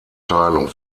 teilung